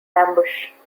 ambush